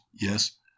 yes